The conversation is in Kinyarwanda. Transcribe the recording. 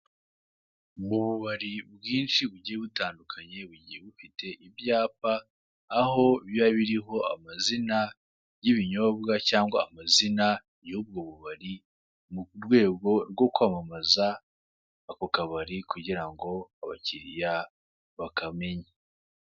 Mu bubari bwinshi bugiye butandukanye bugiye bufite ibyapa, aho biba biriho amazina y'ibinyobwa cyangwa amazina y'ubwo bubari mu dwego rwo kwamamaza ako kabari kugira ngo abakiriya bakamenye.